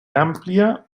àmplia